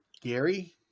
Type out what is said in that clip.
Gary